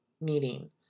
meeting